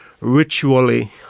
ritually